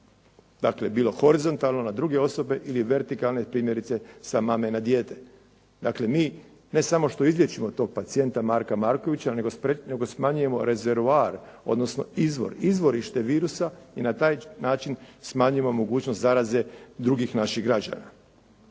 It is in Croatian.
Dakle, bilo horizontalno na druge osobe ili vertikalno, primjerice sa mame na dijete. Dakle, mi ne samo što izliječimo tog pacijenta Marka Markovića, nego smanjujemo rezervoar, odnosno izvor, izvorište virusa i na taj način smanjimo mogućnost zaraze drugih naših građana.